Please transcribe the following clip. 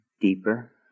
deeper